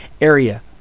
area